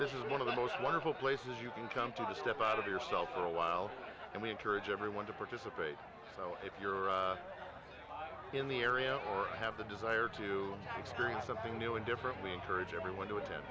this is one of the most wonderful places you can come to the step out of yourself for a while and we encourage everyone to participate so if you're in the area or have the desire to experience something new and different we encourage everyone to